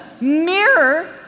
mirror